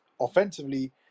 offensively